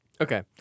Okay